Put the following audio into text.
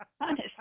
Honest